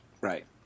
right